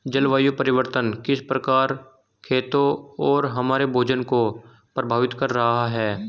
जलवायु परिवर्तन किस प्रकार खेतों और हमारे भोजन को प्रभावित कर रहा है?